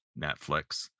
Netflix